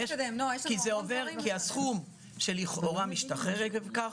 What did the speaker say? כי הסכום שלכאורה משתחרר עקב כך,